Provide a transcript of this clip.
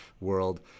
world